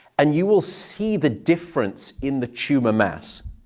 and you will see the difference in the tumor mass.